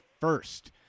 first